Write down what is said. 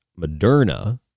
Moderna